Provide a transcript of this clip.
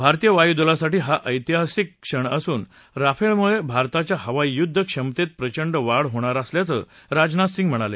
भारतीय वायू दलासाठी हा ऐतिहासिक असून राफेलमुळे भारताच्या हवाई युद्ध क्षमतेत प्रचंड वाढ होणार असल्याचं राजनाथ सिंग म्हणाले